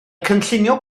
cynllunio